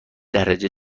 درجه